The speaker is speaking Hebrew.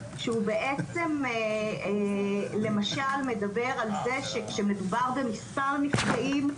שהוא בעצם למשל מדבר על זה שכשמדובר במספר מקרים,